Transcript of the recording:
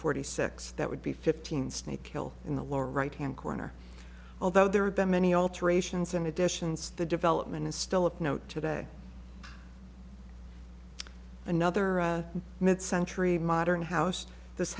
forty six that would be fifteen snake hill in the lower right hand corner although there have been many alterations and additions the development is still of note today another mid century modern house this